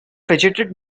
fidgeted